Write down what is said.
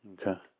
Okay